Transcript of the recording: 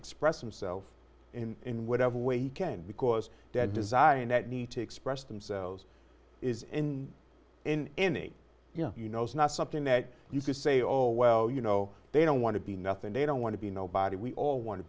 express himself in whatever way he can because that design that need to express themselves is in in any you know it's not something that you can say oh well you know they don't want to be nothing they don't want to be nobody we all want to